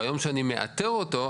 ביום שאני מאתר אותו,